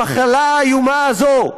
המחלה האיומה הזאת,